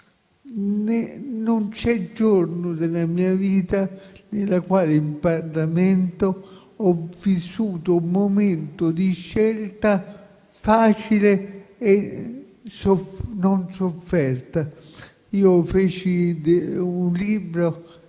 Non c'è giorno della mia vita nel quale in Parlamento io abbia vissuto un momento di scelta facile e non sofferta. Io feci un libro